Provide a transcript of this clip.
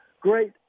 great